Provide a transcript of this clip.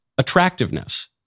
attractiveness